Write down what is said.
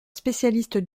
spécialiste